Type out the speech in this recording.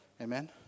Amen